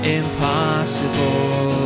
impossible